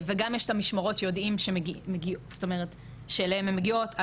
וגם יש את המשמרות שיודעים שאליהם הן המגיעות,